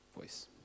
voice